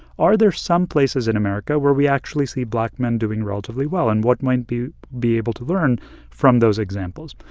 are there some places in america where we actually see black men doing relatively well? and what might we be able to learn from those examples?